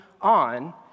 on